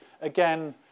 again